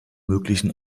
möglichen